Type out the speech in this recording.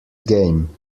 game